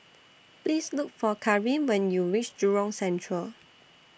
Please Look For Caryn when YOU REACH Jurong Central